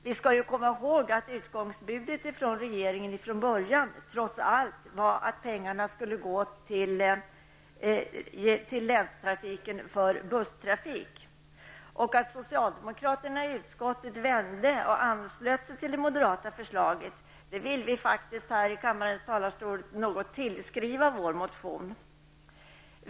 Vi skall komma ihåg att utgångsbudet från regeringen från början trots allt var att pengarna skulle gå till länstrafiken för busstrafik. Att socialdemokraterna i utskottet vände och anslöt sig till det moderata förslaget vill vi faktiskt här från kammarens talarstol i någon mån tillskriva vår motion.